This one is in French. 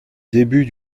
début